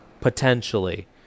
Potentially